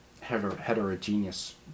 heterogeneous